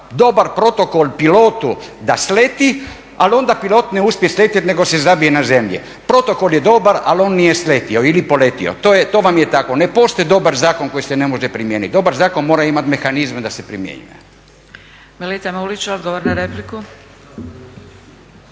dobar protokol pilotu da sleti, ali onda pilot ne uspije sletjeti nego se zabije na zemlji. Protokol je dobar, ali on nije sletio ili poletio. To vam je tako. Ne postoji dobar zakon koji se ne može primijeniti, dobar zakon mora imati mehanizme da se primjenjuje. **Zgrebec, Dragica